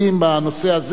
בנושא הזה.